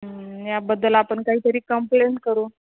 याबद्दल आपण काहीतरी कंम्प्लेंट करू